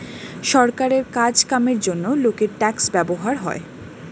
সরকারের কাজ কামের জন্যে লোকের ট্যাক্স ব্যবহার হয়